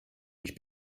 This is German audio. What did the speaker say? ich